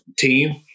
Team